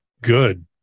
good